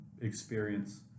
experience